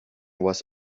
was